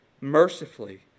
Mercifully